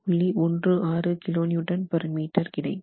16 kNm கிடைக்கும்